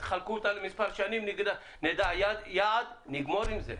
חלקו אותה למספר שנים ונדע יעד ונסיים את זה.